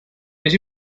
més